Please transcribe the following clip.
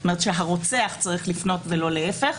זאת אומרת, הרוצח צריך לפנות ולא להפך.